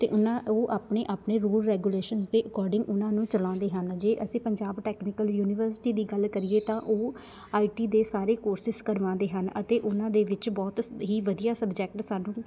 ਅਤੇ ਉਹਨਾਂ ਉਹ ਆਪਣੇ ਆਪਣੇ ਰੂਲ ਰੈਗੂਲੇਸ਼ਨਜ਼ ਦੇ ਅਕੋਡਿੰਗ ਉਹਨਾਂ ਨੂੰ ਚਲਾਉਂਦੇ ਹਨ ਜੇ ਅਸੀਂ ਪੰਜਾਬ ਟੈਕਨੀਕਲ ਯੂਨੀਵਰਸਿਟੀ ਦੀ ਗੱਲ ਕਰੀਏ ਤਾਂ ਉਹ ਆਈ ਟੀ ਦੇ ਸਾਰੇ ਕੋਰਸਿਸ ਕਰਵਾਉਂਦੇ ਹਨ ਅਤੇ ਉਹਨਾਂ ਦੇ ਵਿੱਚ ਬਹੁਤ ਹੀ ਵਧੀਆ ਸਬਜੈਕਟ ਸਾਨੂੰ